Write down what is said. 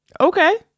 Okay